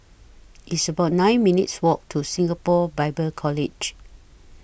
It's about nine minutes' Walk to Singapore Bible College